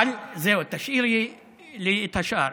זהו, תשאירי לי את השאר.